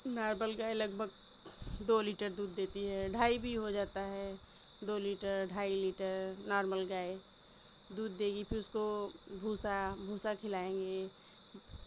normal گائے لگ بھگ دو لیٹر دودھ دیتی ہے ڈھائی بھی ہو جاتا ہے دو لیٹر ڈھائی لیٹر نارمل گائے دودھ دے گی پھر اس کو بھوسا بھوسا کھلائیں گے